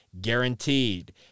Guaranteed